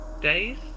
days